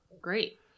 great